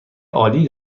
عالی